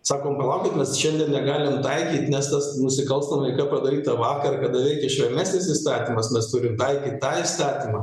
sakom palaukit mes šiandien negalim taikyt nes tas nusikalstama veika padaryta vakar veikė švelnesnis įstatymas mes turim taikyt tą įstatymą